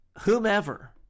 whomever